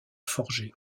forgé